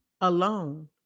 alone